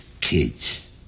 kids